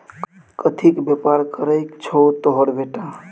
कथीक बेपार करय छौ तोहर बेटा?